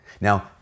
Now